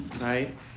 right